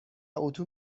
اتو